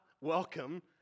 welcome